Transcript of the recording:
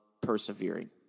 persevering